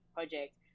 project